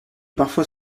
parfois